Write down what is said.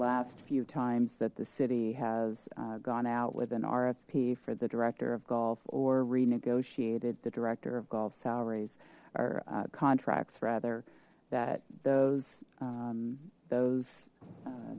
last few times that the city has gone out with an rfp for the director of golf or renegotiated the director of golf salaries our contracts rather that those those